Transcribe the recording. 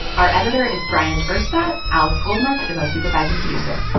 our editor is bryant urstadt. alex goldmark is our supervising producer.